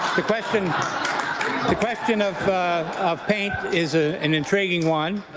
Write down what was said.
the question the question of paint is ah an intriguing one